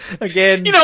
Again